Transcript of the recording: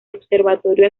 observatorio